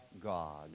God